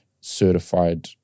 certified